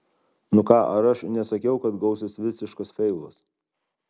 nu ką ar aš nesakiau kad gausis visiškas feilas